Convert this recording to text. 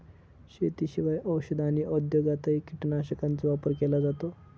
शेतीशिवाय औषध आणि उद्योगातही कीटकनाशकांचा वापर केला जातो